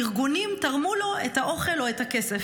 ארגונים תרמו לו את האוכל או את הכסף,